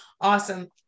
awesome